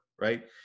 right